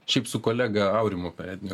šiaip su kolega aurimu peredniu